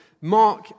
Mark